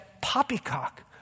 poppycock